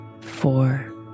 four